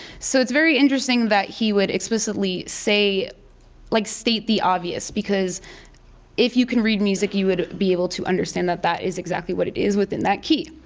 so, it's very interesting that he would explicitly say like state the obvious because if you can read music you would be able to understand that that is exactly what it is within that key,